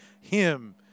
him-